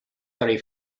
very